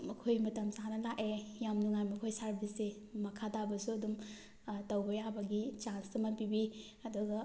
ꯃꯈꯣꯏ ꯃꯇꯝ ꯆꯥꯅ ꯂꯥꯛꯑꯦ ꯌꯥꯝ ꯅꯨꯡꯉꯥꯏ ꯃꯈꯣꯏ ꯁꯥꯔꯕꯤꯁꯁꯦ ꯃꯈꯥ ꯇꯥꯕꯁꯨ ꯑꯗꯨꯝ ꯇꯧꯕ ꯌꯥꯕꯒꯤ ꯆꯥꯟꯁ ꯑꯃ ꯄꯤꯕꯤ ꯑꯗꯨꯒ